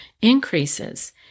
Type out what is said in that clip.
increases